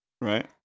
right